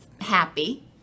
happy